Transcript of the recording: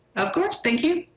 of course, thank you.